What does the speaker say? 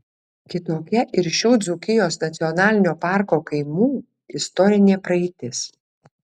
kitokia ir šių dzūkijos nacionalinio parko kaimų istorinė praeitis